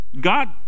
God